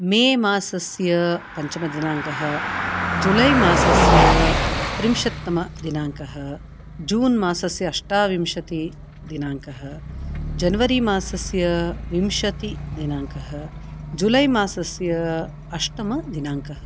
मे मासस्य पञ्चमदिनाङ्कः जुलै मासस्य त्रिंशतम दिनाङ्कः जून् मासस्य अष्टाविंशति दिनाङ्कः जन्वरी मासस्य विंशति दिनाङ्कः जुलै मासस्य अष्टम दिनाङ्कः